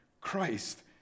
Christ